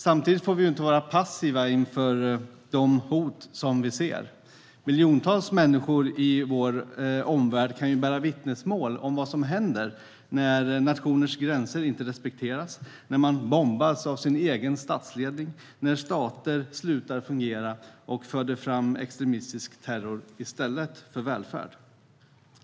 Samtidigt får vi inte vara passiva inför de hot vi ser. Miljontals människor i vår omvärld kan lämna vittnesmål om vad som händer när nationers gränser inte respekteras, när man bombas av sin egen statsledning och när stater slutar fungera och föder fram extremistisk terror i stället för välfärd.